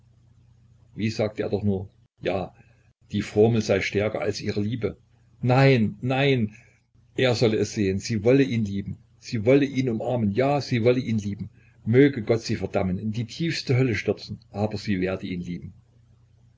wie sagte er doch nur ja die formel sei stärker als ihre liebe nein nein er solle es sehen sie wolle ihn lieben sie wolle ihn umarmen ja sie wolle ihn lieben möge gott sie verdammen in die tiefste hölle stürzen aber sie werde ihn lieben